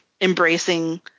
embracing